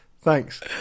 thanks